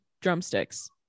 drumsticks